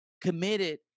committed